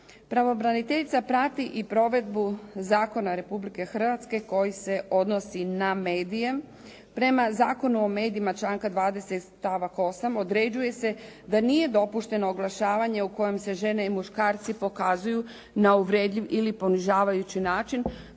Pravobraniteljica prati i provedbu zakona Republike Hrvatske koji se odnosi na medije. Prema Zakonu o medijima članka 20. stavak 8. određuje se da nije dopušteno oglašavanje u kojem se žene i muškarci pokazuju na uvredljiv ili ponižavajući način